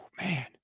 man